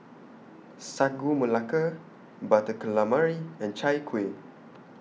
Sagu Melaka Butter Calamari and Chai Kueh